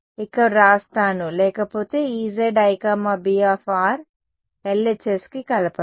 ఇక్కడ వ్రాస్తాను లేకపోతే EziB LHSకి కలపండి